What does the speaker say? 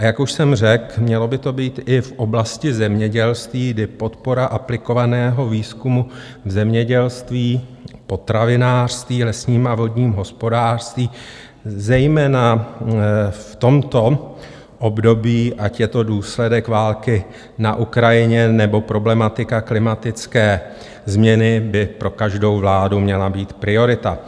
A jak už jsem řekl, mělo by to být i v oblasti zemědělství, kdy podpora aplikovaného výzkumu v zemědělství, potravinářství, lesním a vodním hospodářství, zejména v tomto období, ať je to důsledek války na Ukrajině, nebo problematika klimatické změny, by pro každou vládu měla být priorita.